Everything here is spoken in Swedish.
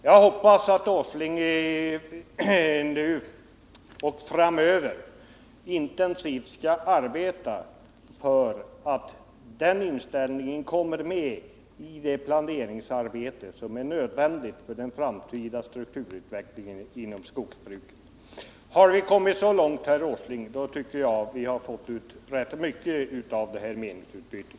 Jag hoppas att herr Åsling nu och framöver intensivt skall arbeta för att den inställningen kommer med i det planeringsarbete som är nödvändigt för den framtida strukturutvecklingen inom skogsbruket. Har vi kommit så långt, herr Åsling, tycker jag att vi har fått ut rätt mycket av det här meningsutbytet.